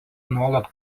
nuolat